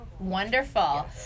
Wonderful